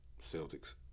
Celtics